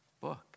book